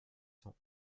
cent